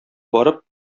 барып